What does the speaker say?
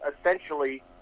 essentially